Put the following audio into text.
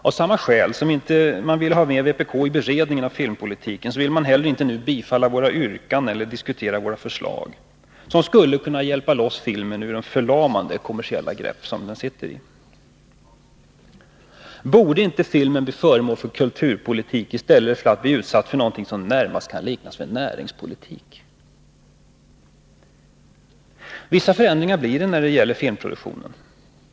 Av samma skäl som man inte ville ha med vpk i beredningen av filmpolitiken, vill man inte heller nu bifalla våra yrkanden eller diskutera våra förslag, vilka skulle kunna hjälpa filmen loss ur det förlamande kommersiella grepp där den nu befinner sig. Borde inte filmen få bli föremål för kulturpolitik i stället för att bli utsatt för något som närmast kan liknas vid näringspolitik? Vissa förändringar — det skall sägas — blir det när det gäller filmproduktionen.